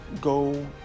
go